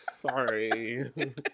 Sorry